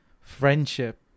friendship